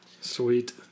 Sweet